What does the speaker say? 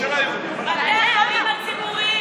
אני לא בעד החלפת שטחים,